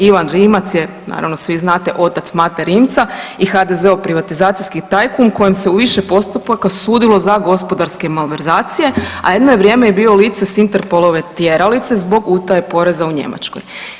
Ivan Rimac je naravno svi znate otac Mate Rimca i HDZ-ov privatizacijski tajkun kojem se u više postupaka sudilo za gospodarske malverzacije, a jedno je vrijeme i bio lice s Interpolove tjeralice zbog utaje poreza u Njemačkoj.